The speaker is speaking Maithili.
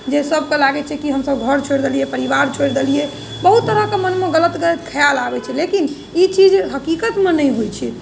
जे सबकेँ लागै छै कि हमसभ घर छोड़ि देलियै परिवार छोड़ि देलियै बहुत तरहके मनमे गलत गलत खयाल आबैत छै लेकिन ई चीज हकीकतमे नहि होइत छै